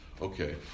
Okay